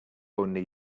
only